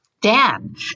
Dan